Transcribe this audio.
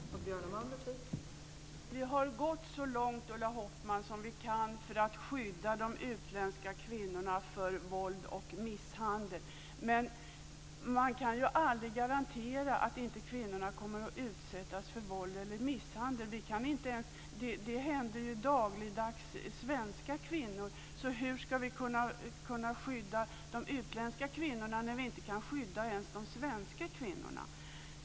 Fru talman! Vi har gått så långt som vi kan, Ulla Hoffmann, för att skydda de utländska kvinnorna mot våld och misshandel. Men man kan ju aldrig garantera att inte kvinnorna kommer att utsättas för våld eller misshandel. Det händer ju dagligdags svenska kvinnor. Hur ska vi kunna skydda de utländska kvinnorna när vi inte kan skydda ens de svenska kvinnorna?